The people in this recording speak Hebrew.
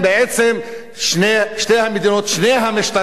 אלה עובדות שאי-אפשר להתכחש להן.